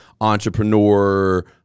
entrepreneur